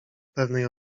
pewnej